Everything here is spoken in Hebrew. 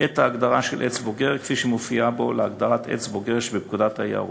את ההגדרה של עץ בוגר כפי שמופיעה בו להגדרת עץ בוגר שבפקודת היערות.